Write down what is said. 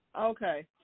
Okay